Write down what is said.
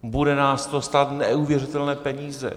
Bude nás to stát neuvěřitelné peníze.